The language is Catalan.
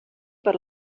per